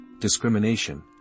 discrimination